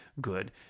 good